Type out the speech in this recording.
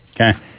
Okay